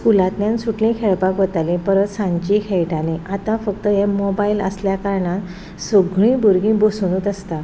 स्कुलांतल्यान सुटली खेळपाक वतालीं परत सांची खेळटालीं आतां फक्त हे मोबायल आसल्या कारणान सगळीं भुरगीं बसून आसता